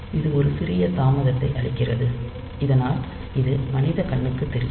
இது ஒரு சிறிய தாமதத்தை அளிக்கிறது இதனால் இது மனித கண்ணுக்கு தெரியும்